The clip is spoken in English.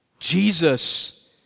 Jesus